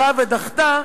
באה ודחתה,